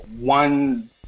one